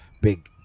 big